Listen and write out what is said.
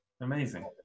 Amazing